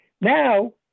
Now